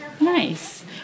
Nice